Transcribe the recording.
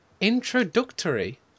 introductory